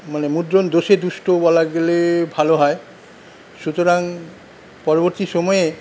মানে মুদ্রণ দোষে দুষ্ট বলা গেলে ভালো হয় সুতরাং পরবর্তী সময়ে